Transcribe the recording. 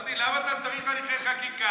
דודי, למה אתה צריך הליכי חקיקה?